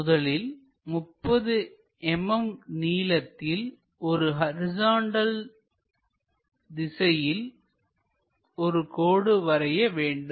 முதலில் 30 mm நீளத்தில் horizontal திசையில் ஒரு கோடு வரைய வேண்டும்